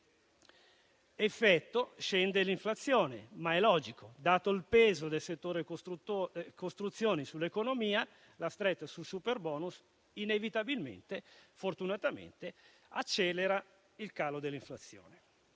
Effetto: scende l'inflazione, ma è logico. Dato il peso del settore costruzioni sull'economia, la stretta sul superbonus inevitabilmente e fortunatamente accelera il calo dell'inflazione.